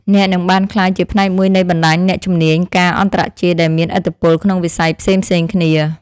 អ្នកនឹងបានក្លាយជាផ្នែកមួយនៃបណ្តាញអ្នកជំនាញការអន្តរជាតិដែលមានឥទ្ធិពលក្នុងវិស័យផ្សេងៗគ្នា។